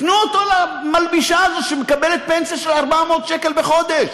תנו אותו למלבישה הזאת שמקבלת פנסיה של 400 שקל בחודש.